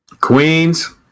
queen's